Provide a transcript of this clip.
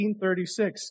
1836